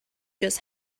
just